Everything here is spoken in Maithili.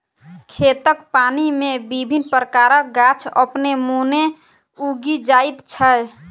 खेतक पानि मे विभिन्न प्रकारक गाछ अपने मोने उगि जाइत छै